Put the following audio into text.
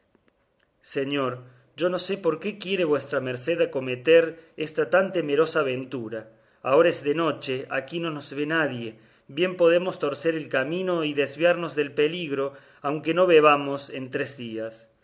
señor yo no sé por qué quiere vuestra merced acometer esta tan temerosa aventura ahora es de noche aquí no nos vee nadie bien podemos torcer el camino y desviarnos del peligro aunque no bebamos en tres días